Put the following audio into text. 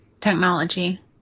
Technology